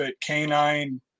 Canine